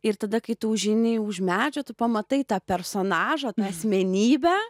ir tada kai tu užeini už medžio tu pamatai tą personažą tą asmenybę